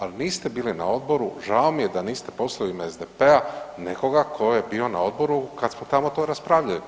Ali niste bili na Odboru, žao mi je da niste poslali u ime SDP-a nekoga tko je bio na Odboru kada smo tamo to raspravljali.